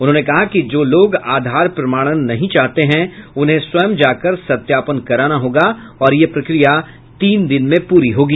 उन्होंने कहा कि जो लोग आधार प्रमाणन नहीं चाहते हैं उन्हें स्वयं जाकर सत्यापन कराना होगा और यह प्रक्रिया तीन दिन में पूरी होगी